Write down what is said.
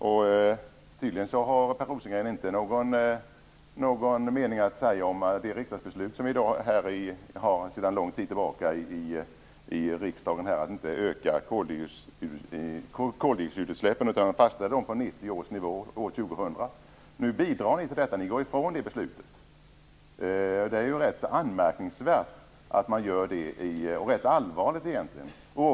Per Rosengren har tydligen inte något att säga om det beslut som vi har sedan lång tid tillbaka här i riksdagen om att inte öka koldioxidutsläppen utan fastställa dem på 1990 års nivå till år 2000. Nu går ni ifrån det beslutet. Det är rätt anmärkningsvärt och allvarligt att ni gör det.